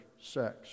sex